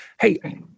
Hey